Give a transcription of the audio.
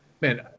man